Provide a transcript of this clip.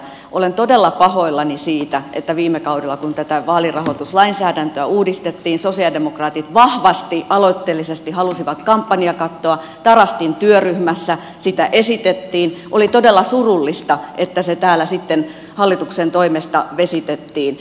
olen todella pahoillani siitä ja oli todella surullista kun viime kaudella kun tätä vaalirahoituslainsäädäntöä uudistettiin sosialidemokraatit vahvasti aloitteellisesti halusivat kampanjakattoa tarastin työryhmässä sitä esitettiin että se täällä sitten hallituksen toimesta vesitettiin